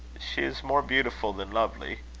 she is more beautiful than lovely.